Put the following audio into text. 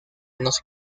nos